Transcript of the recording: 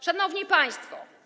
Szanowni Państwo!